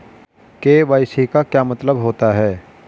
KYC का क्या मतलब होता है?